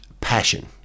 passion